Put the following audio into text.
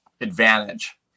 advantage